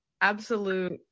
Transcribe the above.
absolute